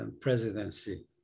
presidency